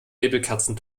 nebelkerzen